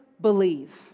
believe